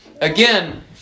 again